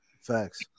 Facts